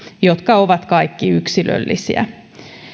jotka ovat kaikki yksilöllisiä